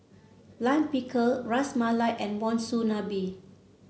Lime Pickle Ras Malai and Monsunabe